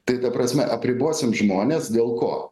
tai ta prasme apribosime žmones dėl ko